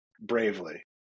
bravely